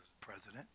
president